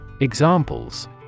Examples